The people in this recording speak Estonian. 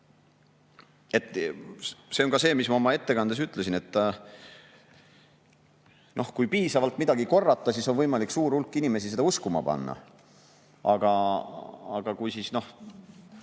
See on see, mis ma ka oma ettekandes ütlesin, et kui piisavalt midagi korrata, siis on võimalik suur hulk inimesi seda uskuma panna. Aga olgu